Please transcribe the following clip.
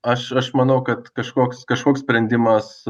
aš aš manau kad kažkoks kažkoks sprendimas